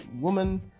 woman